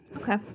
okay